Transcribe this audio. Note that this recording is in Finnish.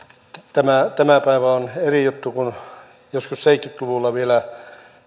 tämä tämä päivä on eri juttu kun vielä joskus seitsemänkymmentä luvulla